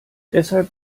deshalb